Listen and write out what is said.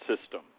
System